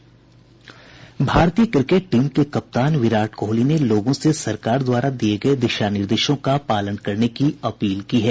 भारतीय cricket team के कप्तान विराट कोहली ने लोगों से सरकार द्वारा दिये गये दिशानिर्देशों का पालन करने की अपील की है